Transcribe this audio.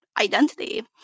identity